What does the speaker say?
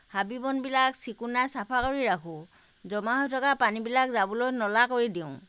হাবি বনবিলাক চিকুণাই চাফা কৰি ৰাখোঁ জমা হৈ থকা পানীবিলাক যাবলৈ নলা কৰি দিওঁ